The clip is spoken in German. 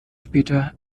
später